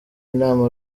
nama